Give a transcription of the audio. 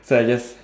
so I just